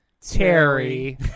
Terry